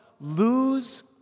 lose